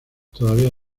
todavía